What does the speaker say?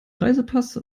reisepass